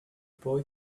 boy